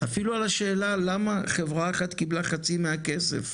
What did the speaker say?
אפילו על השאלה למה חברה אחת קיבלה חצי מהכסף,